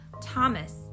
Thomas